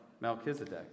Melchizedek